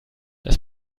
das